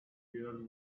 girl